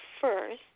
first